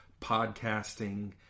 podcasting